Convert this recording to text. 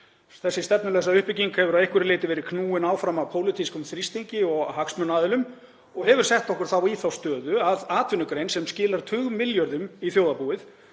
Þessi stefnulausa uppbygging hefur að einhverju leyti verið knúin áfram af pólitískum þrýstingi og hagsmunaaðilum og hefur sett okkur í þá stöðu að atvinnugrein sem skilar tugmilljörðum í þjóðarbúið